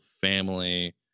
family